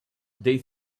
they